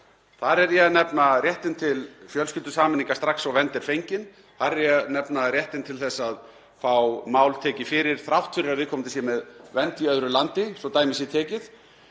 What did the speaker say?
Þar er ég að nefna réttinn til fjölskyldusameiningar strax og vernd er fengin og þar er ég að nefna réttinn til að fá mál tekið fyrir þrátt fyrir að viðkomandi sé með vernd í öðru landi, svo dæmi séu tekin.